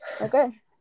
Okay